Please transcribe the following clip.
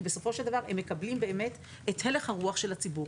כי בסופו של דבר הם מקבלים באמת את הלך הרוח של הציבור.